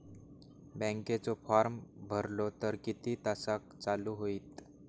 बँकेचो फार्म भरलो तर किती तासाक चालू होईत?